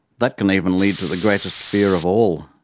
that can even lead to the greatest fear of all,